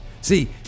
See